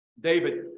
david